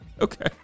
Okay